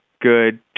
good